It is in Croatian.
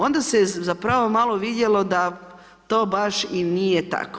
Onda se zapravo malo vidjelo da to baš i nije tako.